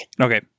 Okay